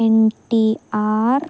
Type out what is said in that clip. NTR